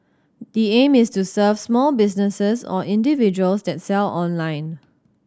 the aim is to serve small businesses or individuals that sell online